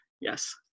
Yes